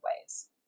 ways